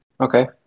Okay